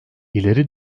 ileri